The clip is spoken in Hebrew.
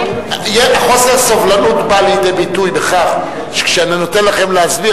חוסר הסובלנות בא לידי ביטוי בכך שכשאני נותן לכם להסביר,